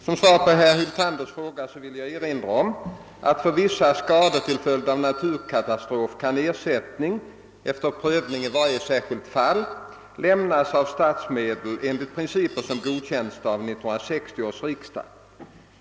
Som svar på herr Hyltanders fråga vill jag erinra om att för vissa skador till följd av naturkatastrof kan ersättning efter prövning i varje särskilt fall lämnas av statsmedel enligt principer som godkänts av 1960 års riksdag.